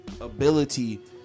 ability